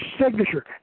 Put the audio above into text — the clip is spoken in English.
signature